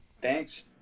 Thanks